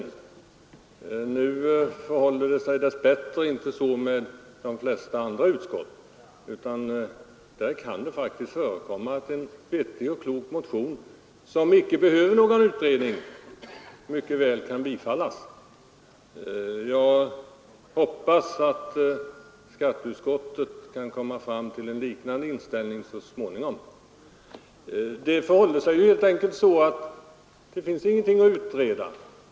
Men dess bättre har man inte samma uppfattning i de flesta andra utskott, utan där kan det faktiskt förekomma att en vettig och klok motion i en fråga mycket väl kan tillstyrkas. Jag hoppas att skatteutskottet så småningom kan komma fram till en liknande inställning. I det fall det här gäller finns helt enkelt ingenting att utreda.